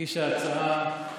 מגיש ההצעה,